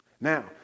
Now